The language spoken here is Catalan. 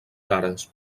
cares